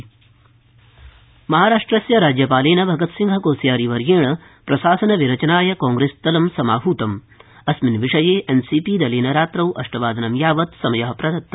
महाराष्टप्रशासनम महाराष्ट्रस्य राज्य ालेन अगतसिंहकोश्यारी वर्येण प्रशासनविरचनाय कांग्रेसदलं समाहतम अस्मिन विषये एनसी ी दलाय रात्रौ अष्टवादनं यावत समय प्रदत्त